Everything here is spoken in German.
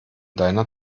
deiner